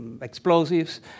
explosives